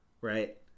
right